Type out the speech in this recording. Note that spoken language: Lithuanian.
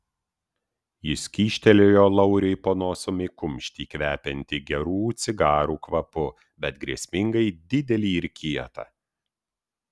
jis kyštelėjo lauriui po nosimi kumštį kvepiantį gerų cigarų kvapu bet grėsmingai didelį ir kietą